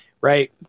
right